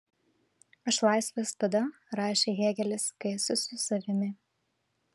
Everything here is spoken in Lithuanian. aš laisvas tada rašė hėgelis kai esu su savimi